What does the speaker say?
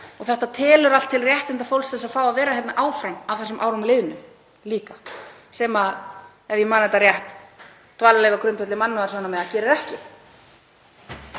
og þetta telur allt til réttinda fólks til að fá að vera hérna áfram að þessum árum liðnum líka, sem, ef ég man þetta rétt, dvalarleyfi á grundvelli mannúðarsjónarmiða gerir ekki.